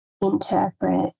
interpret